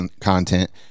content